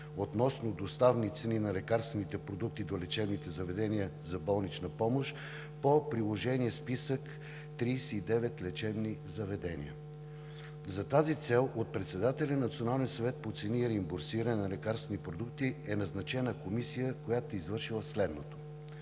относно доставни цени на лекарствените продукти до лечебните заведения за болнична помощ, по приложен списък – 39 лечебни заведения. За тази цел от председателя на Националния съвет по цени и реимбурсиране на лекарствените продукти е назначена комисия, която е извършила следното: